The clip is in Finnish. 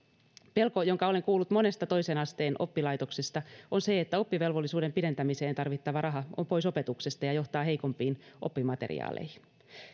pelko jonka olen kuullut monesta toisen asteen oppilaitoksesta on se että oppivelvollisuuden pidentämiseen tarvittava raha on pois opetuksesta ja johtaa heikompiin oppimateriaaleihin